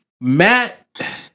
Matt